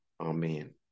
Amen